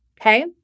Okay